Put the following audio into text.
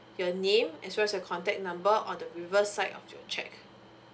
your name as well as your contact number on the reverse side of your cheque